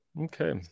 okay